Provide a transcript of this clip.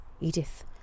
Edith